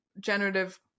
generative